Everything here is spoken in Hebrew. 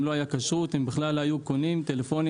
אם לא היה כשרות הם לא היו קונים טלפונים,